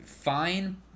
fine